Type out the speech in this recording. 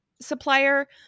supplier